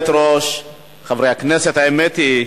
היושבת-ראש, חברי הכנסת, האמת היא,